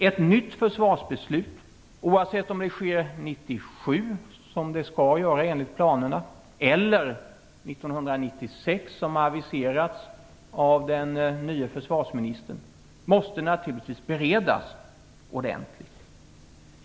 Ett nytt försvarsbeslut - oavsett om det fattas 1997, som det skall göras enligt planerna, eller 1996, som har aviserats av den nye försvarsministern - måste naturligtvis beredas ordentligt.